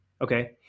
Okay